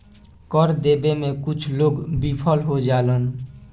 कर देबे में कुछ लोग विफल हो जालन